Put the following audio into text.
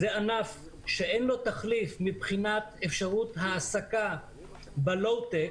זה ענף שאין לו תחליף מבחינת אפשרות העסקה בלואו טק